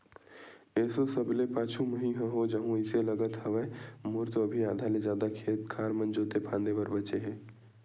एसो सबले पाछू मही ह हो जाहूँ अइसे लगत हवय, मोर तो अभी आधा ले जादा खेत खार मन जोंते फांदे बर बचें हे